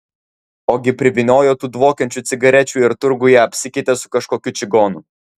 ogi privyniojo tų dvokiančių cigarečių ir turguje apsikeitė su kažkokiu čigonu